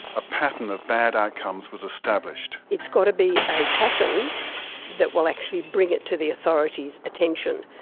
a pattern of bad outcomes was established. it's got to be a pattern that will actually bring it to the authority's attention,